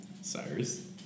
Cyrus